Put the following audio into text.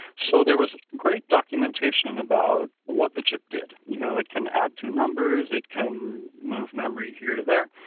so there was great documentation about what the chip did. you know, it can add to numbers, it can move memory here to there,